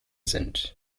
sind